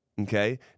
Okay